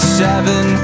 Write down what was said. seven